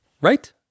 right